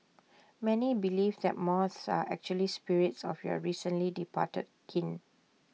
many believe that moths are actually spirits of your recently departed kin